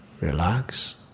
relax